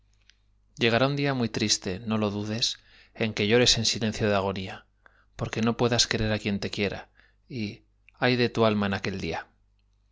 llegará un día muy triste no lo dudes en que llores en silencio de agonía porque no puedas querer á quien te quiera y ay de tu alma en aquel día